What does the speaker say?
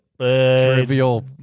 Trivial